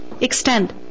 extend